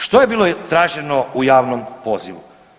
Što je bilo traženo u javnom pozivu?